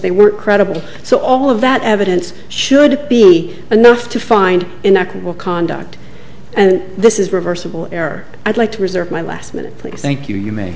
they were credible so all of that evidence should be enough to find in the will conduct and this is reversible error i'd like to reserve my last minute please thank you you ma